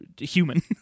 human